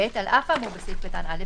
(ב) על אף האמור בסעיף קטן (א),